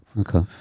Okay